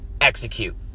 execute